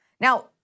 Now